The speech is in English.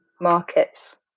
markets